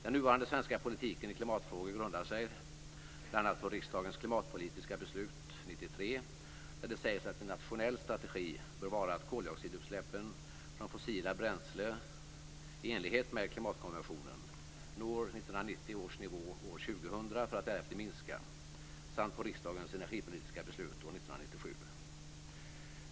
Den nuvarande svenska politiken i klimatfrågor grundar sig bl.a. på riksdagens klimatpolitiska beslut 1993, där det sägs att en nationell strategi bör vara att koldioxidutsläppen från fossila bränslen i enlighet med klimatkonventionen når 1990 års nivå år 2000 för att därefter minska samt på riksdagens energipolitiska beslut år 1997.